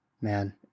man